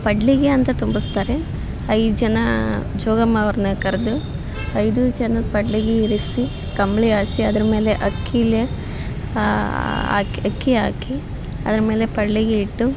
ಪಡ್ಲಿಗೆ ಅಂತ ತುಂಬಿಸ್ತಾರೆ ಐದು ಜನ ಜೋಗಮ್ಮ ಅವರನ್ನ ಕರೆದು ಐದೂ ಜನದ ಪಡ್ಲಿಗೆ ಇರಿಸಿ ಕಂಬಳಿ ಹಾಸಿ ಅದರ ಮೇಲೆ ಅಕ್ಕಿಲಿ ಅಕ್ಕಿ ಹಾಕಿ ಅದರ ಮೇಲೆ ಪಡ್ಲಿಗೆ ಇಟ್ಟು